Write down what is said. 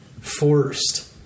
forced